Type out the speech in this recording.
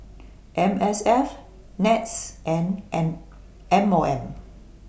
M S F Nets and N M O M